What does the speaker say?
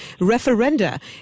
referenda